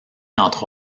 entre